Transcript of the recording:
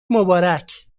مبارک